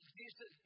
Jesus